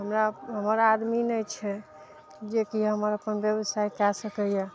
हमरा हमर आदमी नहि छै जेकि हमर अपन व्यवसाय कए सकइए